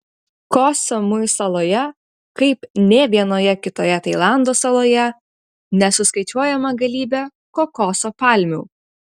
koh samui saloje kaip nė vienoje kitoje tailando saloje nesuskaičiuojama galybė kokoso palmių